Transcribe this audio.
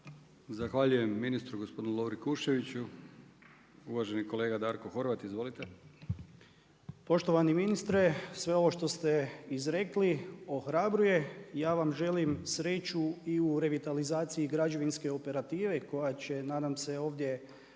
Zahvaljujem ministru, gospodinu Lovri Kuščeviću. Uvaženi kolega Darko Horvat. Izvolite. **Horvat, Darko (HDZ)** Poštovani ministre, sve ovo što ste izrekli ohrabruje i ja vam želim sreću i u revitalizaciji građevinske operative, koja će, nadam se ovdje,